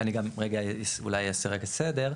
אני גם רגע אולי אעשה רגע סדר,